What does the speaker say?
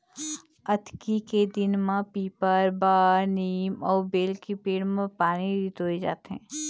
अक्ती के दिन म पीपर, बर, नीम अउ बेल के पेड़ म पानी रितोय जाथे